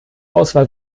auswahl